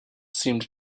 seemed